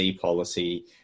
policy